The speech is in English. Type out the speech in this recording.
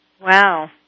Wow